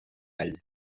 all